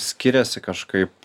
skiriasi kažkaip